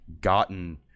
gotten